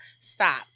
Stop